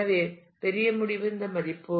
எனவே பெரிய முடிவு இந்த மதிப்பு